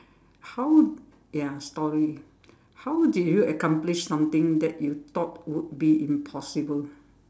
how ya story how do you accomplish something that you thought would be impossible